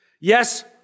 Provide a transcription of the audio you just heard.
Yes